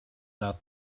not